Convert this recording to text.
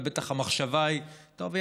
ובטח המחשבה היא: טוב,